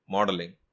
Modeling